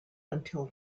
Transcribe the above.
until